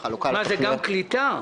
כפי שמפורט בפנייה.